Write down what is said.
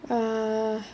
err